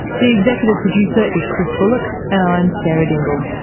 the executive producer is chris bullock, and i'm sarah dingle